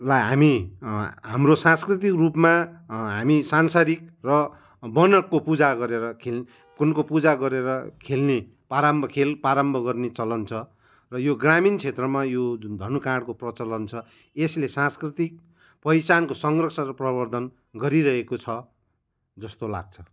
लाई हामी हाम्रो सांस्कृतिक रूपमा हामी सांसारिक र बनको पूजा गरेर उनको पूजा गरेर खेल प्रारम्भ खेल प्रारम्भ गर्ने चलन छ र यो ग्रामीण क्षेत्रमा यो जुन धनुकाँडको प्रचलन छ यसले सांस्कृतिक पहिचानको संरक्षण र प्रवर्द्धन गरिरहेको छ जस्तो लाग्छ